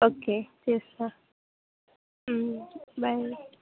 okay చేస్తాను bye